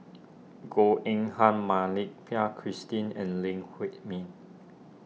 Goh Eng Han Mak Lai Peng Christine and Lee Huei Min